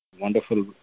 wonderful